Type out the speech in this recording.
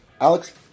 Alex